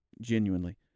genuinely